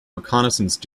reconnaissance